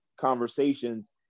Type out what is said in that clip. conversations